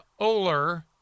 Oler